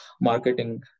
marketing